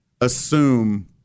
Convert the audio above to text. assume